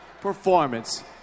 performance